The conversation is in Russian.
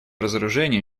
разоружению